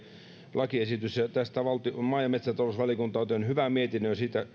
lakiesitys tästä maa ja metsätalousvaliokunta on tehnyt hyvän mietinnön